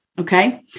Okay